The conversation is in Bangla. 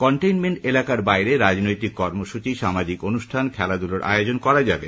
কনটেইনমেন্ট এলাকার বাইরে রাজনৈতিক কর্মসূচী সামাজিক অনুষ্ঠান খেলাধুলোর আয়োজন করা যাবে